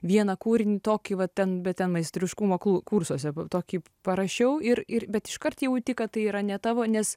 vieną kūrinį tokį va ten bet ten meistriškumo kul kursuose tokį parašiau ir ir bet iškart jauti kad tai yra ne tavo nes